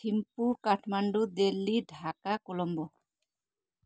Thimphu Kathmandu Delhi Dhaka Colombo